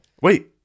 Wait